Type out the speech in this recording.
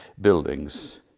buildings